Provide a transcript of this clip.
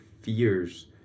fears